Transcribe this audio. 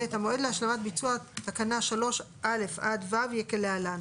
(ב)המועד להשלמת ביצוע תקנה 3(א) עד (ו) יהיה כלהלן: